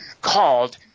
called